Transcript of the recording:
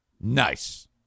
Nice